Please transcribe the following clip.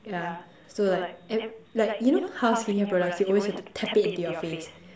yeah so like ev~ like you know how skin care products you always have to tap it into your face